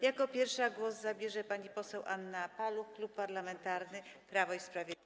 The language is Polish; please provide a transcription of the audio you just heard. Jako pierwsza głos zabierze pani poseł Anna Paluch, Klub Parlamentarny Prawo i Sprawiedliwość.